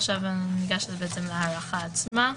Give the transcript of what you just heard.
עכשיו ניגש להארכה עצמה.